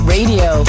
Radio